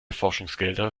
forschungsgelder